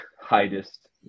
highest